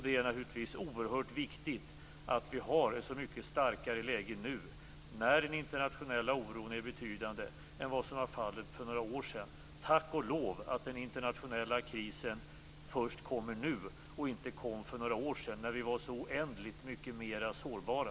Det är naturligtvis oerhört viktigt att vi har ett så mycket starkare läge nu när den internationella oron är betydande än vad som var fallet för några år sedan. Tack och lov att den internationella krisen först kommer nu och inte kom för några år sedan när vi var så oändligt mycket mera sårbara.